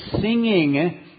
singing